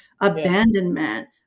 abandonment